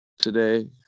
today